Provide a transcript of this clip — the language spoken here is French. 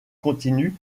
continue